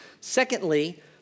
Secondly